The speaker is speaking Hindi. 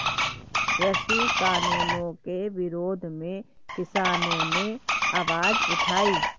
कृषि कानूनों के विरोध में किसानों ने आवाज उठाई